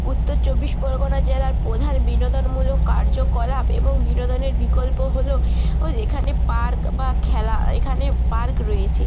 উত্তর চব্বিশ পরগনা জেলার প্রধান বিনোদনমূলক কার্যকলাপ এবং বিনোদনের বিকল্প হলো ও এখানে পার্ক বা খেলা এখানে পার্ক রয়েছে